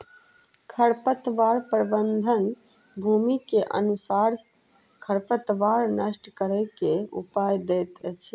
खरपतवार प्रबंधन, भूमि के अनुसारे खरपतवार नष्ट करै के उपाय दैत अछि